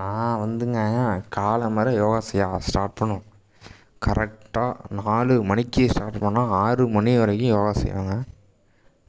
நான் வந்துங்க காலம்பற யோகா செய்ய ஸ்டார்ட் பண்ணுவேன் கரெக்டாக நாலு மணிக்கு ஸ்டார்ட் பண்ணிணா ஆறு மணி வரைக்கும் யோகா செய்வேங்க